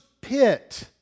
pit